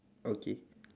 okay